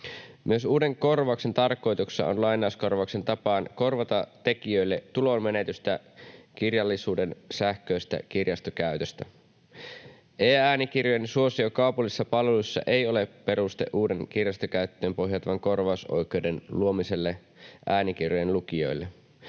Myös uuden korvauksen tarkoituksena on lainauskorvauksen tapaan korvata tekijöille tulonmenetystä kirjallisuuden sähköisestä kirjastokäytöstä. E-äänikirjojen suosio kaupallisissa palveluissa ei ole peruste uuden kirjastokäyttöön pohjautuvan korvausoikeuden luomiselle äänikirjojen lukijoille.